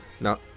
No